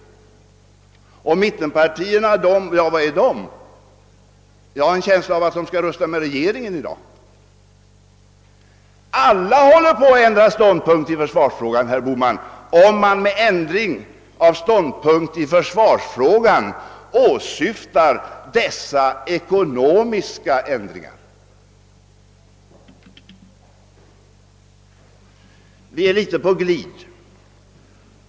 Och var står egentligen mittenpartierna? Jag har en känsla av att de i dag kommer att rösta med regeringen. Alla håller på att ändra uppfattning i försvarsfrågan, herr Bohman, om man med ändrad uppfattning i försvarsfrågan avser dessa ekonomiska ändringar. Vi är alltså litet på glid.